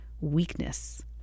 weakness